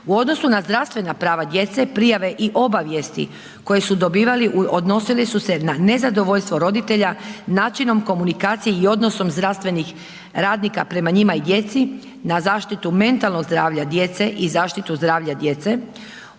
U odnosu na zdravstvena prava djece, prijave i obavijesti koje su dobivali, odnosili su se na nezadovoljstvo roditelja načinom komunikacije i odnosom zdravstvenih radnika prema njima i djeci, na zaštitu mentalnog zdravlja djece i zaštitu zdravlja djece,